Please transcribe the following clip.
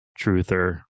truther